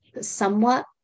somewhat